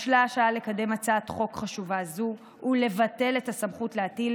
בשלה השעה לקדם הצעת חוק חשובה זו ולבטל את הסמכות להטיל